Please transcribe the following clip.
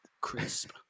Crisp